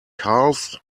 calves